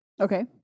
Okay